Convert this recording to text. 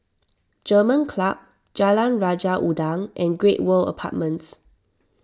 German Club Jalan Raja Udang and Great World Apartments